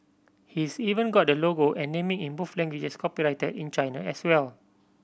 he's even got the logo and naming in both languages copyrighted in China as well